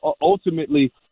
ultimately